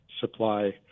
supply